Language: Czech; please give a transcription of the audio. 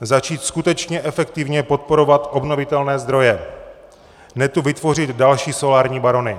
Začít skutečně efektivně podporovat obnovitelné zdroje, ne tu vytvořit další solární barony.